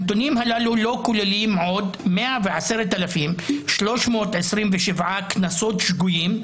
הנתונים הללו לא כוללים עוד 110,327 קנסות שגויים,